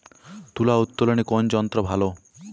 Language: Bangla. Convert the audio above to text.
তুলা উত্তোলনে কোন যন্ত্র ভালো?